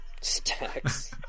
stacks